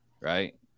right